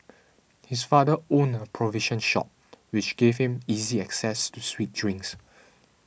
his father owned a provision shop which gave him easy access to sweet drinks